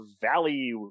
Valley